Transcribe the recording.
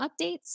updates